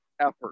effort